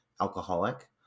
alcoholic